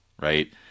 right